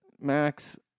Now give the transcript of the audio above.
Max